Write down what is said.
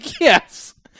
Yes